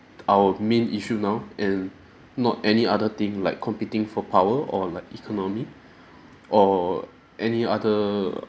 our main issue now and not any other thing like competing for power or like economy or any other